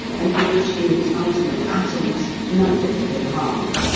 and which, in its ultimate atoms, nothing can harm.